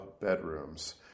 bedrooms